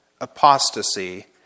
apostasy